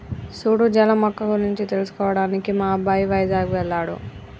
సూడు జల మొక్క గురించి తెలుసుకోవడానికి మా అబ్బాయి వైజాగ్ వెళ్ళాడు